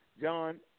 John